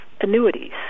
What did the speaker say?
annuities